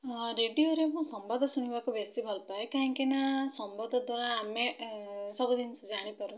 ହଁ ରେଡ଼ିଓରେ ମୁଁ ସମ୍ବାଦ ଶୁଣିବାକୁ ବେଶୀ ଭଲ ପାଏ କାହିଁକିନା ସମ୍ବାଦ ଦ୍ଵାରା ଆମେ ସବୁ ଜିନିଷ ଜାଣିପାରୁ